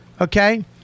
okay